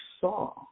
saw